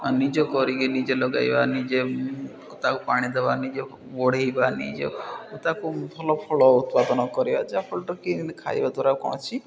ନିଜ କରିକି ନିଜେ ଲଗାଇବା ନିଜେ ତାକୁ ପାଣି ଦବା ନିଜ ବଢ଼ାଇବା ନିଜ ତାକୁ ଭଲ ଫଳ ଉତ୍ପାଦନ କରିବା ଯାହାଫଳରେ କି ଖାଇବା ଦ୍ୱାରା କୌଣସି